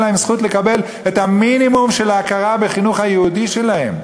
אין להם זכות לקבל את המינימום של ההכרה בחינוך היהודי שלהם.